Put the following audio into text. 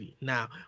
Now